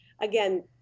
again